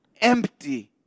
empty